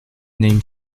name